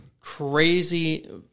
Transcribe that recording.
crazy